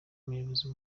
umuyobozi